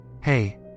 Hey